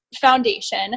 foundation